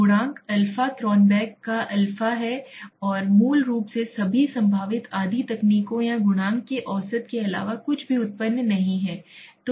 गुणांक alpha Cronbach का alpha है मूल रूप से सभी संभावित आधी तकनीकों या गुणांक के औसत के अलावा कुछ भी उत्पन्न नहीं है